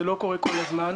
זה לא קורה כל הזמן.